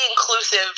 inclusive